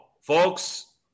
folks